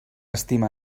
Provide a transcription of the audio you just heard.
estime